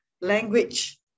language